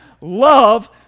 love